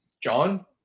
John